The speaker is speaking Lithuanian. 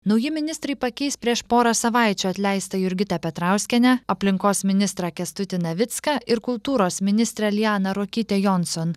nauji ministrai pakeis prieš porą savaičių atleistą jurgitą petrauskienę aplinkos ministrą kęstutį navicką ir kultūros ministrę lianą ruokytę jonson